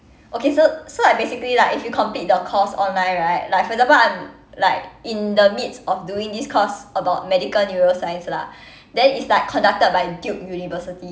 okay so so like basically like if you complete the course online right like for example I'm like in the midst of doing this course about medical neuroscience lah then it's like conducted by duke university